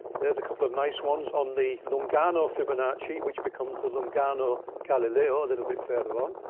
there's a couple of nice ones on the lung'arno fibonacci, which becomes the lung'arno galileo a little bit further on.